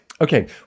Okay